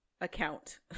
account